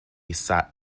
sat